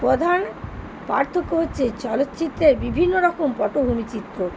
প্রধান পার্থক্য হচ্ছে চলচ্চিত্রে বিভিন্ন রকম পটভূমি চিত্র